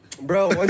Bro